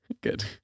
Good